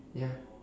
ya